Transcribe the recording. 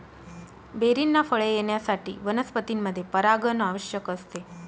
बेरींना फळे येण्यासाठी वनस्पतींमध्ये परागण आवश्यक असते